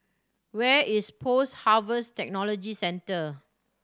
where is Post Harvest Technology Centre